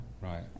right